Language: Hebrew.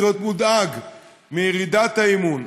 צריך להיות מודאג מירידת האמון,